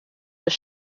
das